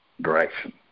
direction